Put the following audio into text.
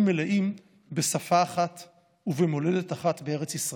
מלאים בשפה אחת ובמולדת אחת בארץ ישראל.